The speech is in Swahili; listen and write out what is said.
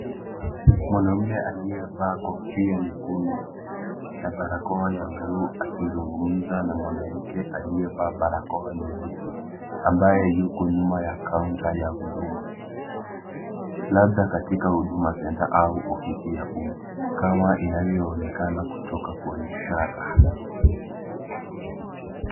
Mwanaume, aliyevaa kofia nyekundu. Na barakoa ya bluu, akizungumza na mwanamke aliyevaa barakoa nyeusi ambaye yuko nyuma ya kaunta ya huduma. Labda katika huduma center au ofisi ya umma, kama inavyoonekana kutoka kwa ishara.